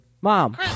Mom